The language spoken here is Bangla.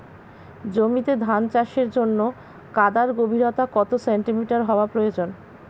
জমিতে ধান চাষের জন্য কাদার গভীরতা কত সেন্টিমিটার হওয়া প্রয়োজন?